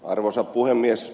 arvoisa puhemies